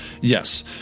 yes